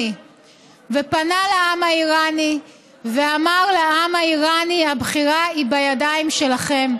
ופנה לעם האיראני ואמר לעם האיראני: הבחירה היא בידיים שלכם.